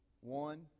One